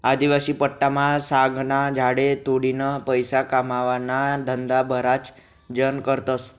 आदिवासी पट्टामा सागना झाडे तोडीन पैसा कमावाना धंदा बराच जण करतस